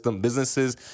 businesses